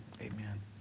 amen